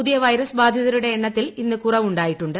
പുതിയ വൈറസ് ബാധിതരുടെ എണ്ണത്തിൽ ഇന്ന് കുറവുണ്ടായിട്ടുണ്ട്